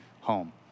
home